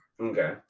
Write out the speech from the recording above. Okay